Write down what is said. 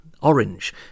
Orange